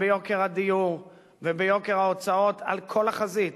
ביוקר הדיור וביוקר ההוצאות על כל החזית,